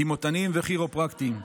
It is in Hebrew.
דימותנים וכירופרקטים.